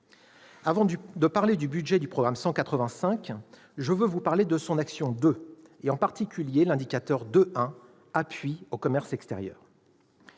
Avant de parler du budget du programme 185, je veux évoquer son action 2, et en particulier l'indicateur 2.1 Appui au commerce extérieur.